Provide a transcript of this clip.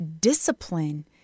discipline